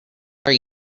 are